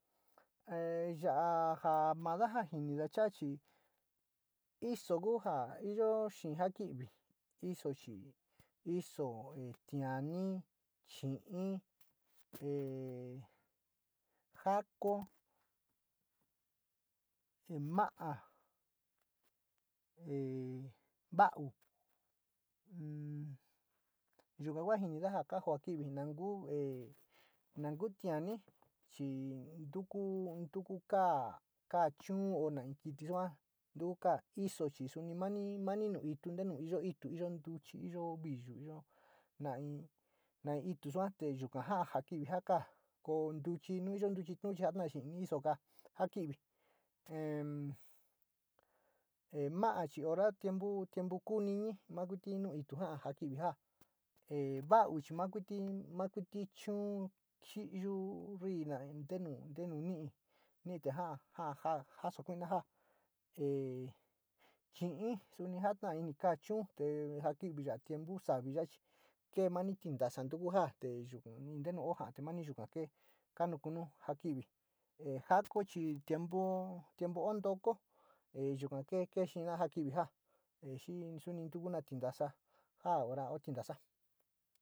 E ya´a ja mada ja jinida cha´a chi iso ku ja iyo xee ja ki´ivi, iso chi iso, tiaanii, chi’ii ee jako, ma´a ee, va´au yuga ka ja jinida ja koo jo ki´ivi, nanku tiani chi ntuku ka, kaa chuu o naun kiti sua, ntuu ka iso, in mani puitu nu iyi ilu, iyo tuchi, iyo vii yuu na in, na iti suu yuka. Jaa ja kivi ja kaa ko ntuchi nu yoo ntaki’iti tuo, iyo ntuchi tuo jota xee in iso kaa jo kivi ee mano chi io oto tiempo, tiempo kuu nisi maa kuto nu tuo jaa ja kivi. Jaa, valou chi tumuto mochi chuu triiyuu, in yaka mamu nite jaa, jaa ja suku najaa ee, chini suu jotani kaa chuu te jo kivi yao, tiempo savi yoia chi ke mani ñtasa tuku ja té yuku ntenu e jaa mani yuka kee kamu kunnu ja kivi. Jako chi tiempo oo ntoko yuka te ke ina ja kivi ja xii suni tukuna tintosa ja ora io tintasa.